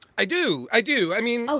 i do. i do. i mean,